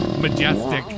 Majestic